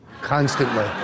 constantly